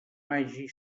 hagi